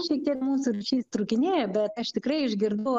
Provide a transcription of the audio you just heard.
šiek tiek mūsų ryšys trūkinėja bet aš tikrai išgirdau